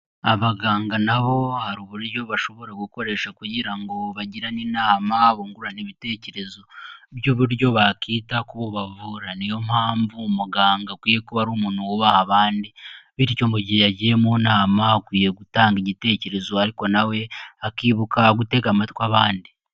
Abaganga nabo hari uburyo bashobora gukoresha kugira ngo bagirane inama, bungurane ibitekerezo by'uburyo bakita ku bo bavura, niyo mpamvu muganga akwiye kuba ari umuntu wubaha abandi, bityo mu gihe yagiye mu nama akwiye gutanga igitekerezo ariko nawe akibuka gutega amatwi abandi.